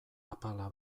apala